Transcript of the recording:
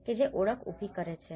કે જે એક ઓળખ ઉભી કરે છે